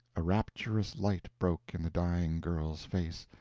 a rapturous light broke in the dying girl's face,